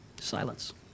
silence